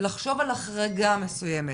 לחשוב על החרגה מסוימת?